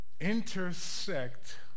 intersect